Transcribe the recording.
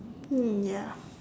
mm ya